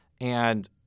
And-